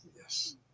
Yes